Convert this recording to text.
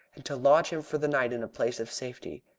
and to lodge him for the night in a place of safety.